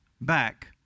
back